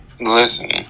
Listen